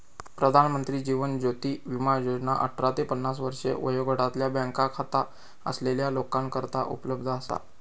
प्रधानमंत्री जीवन ज्योती विमा योजना अठरा ते पन्नास वर्षे वयोगटातल्या बँक खाता असलेल्या लोकांकरता उपलब्ध असा